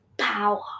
Power